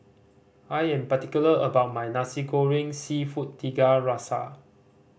I am particular about my Nasi Goreng Seafood Tiga Rasa